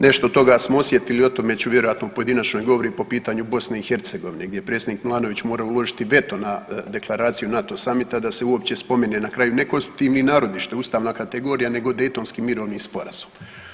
Nešto od toga smo osjetili o tome ću vjerojatno u pojedinačnom govoru po pitanju BiH gdje je predsjednik Milanović morao uložiti veto na deklaraciju NATO samita da se uopće spomene na kraju nekonstitutivni narodi što je ustavna kategorija nego Dejtonski mirovni sporazum.